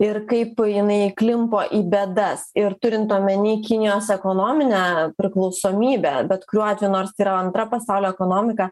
ir kaip jinai įklimpo į bėdas ir turint omeny kinijos ekonominę priklausomybę bet kuriuo atveju nors tai yra antra pasaulio ekonomika